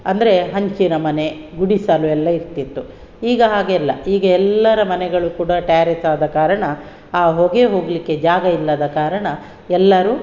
ಅಂದರೆ ಹಂಚಿನ ಮನೆ ಗುಡಿಸಲು ಎಲ್ಲ ಇರ್ತಿತ್ತು ಈಗ ಹಾಗೆ ಇಲ್ಲ ಈಗ ಎಲ್ಲರ ಮನೆಗಳು ಕೂಡ ಟ್ಯಾರಿಸ್ ಆದ ಕಾರಣ ಆ ಹೊಗೆ ಹೋಗಲಿಕ್ಕೆ ಜಾಗ ಇಲ್ಲದ ಕಾರಣ ಎಲ್ಲರು